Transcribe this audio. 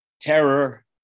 terror